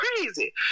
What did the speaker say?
crazy